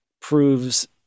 proves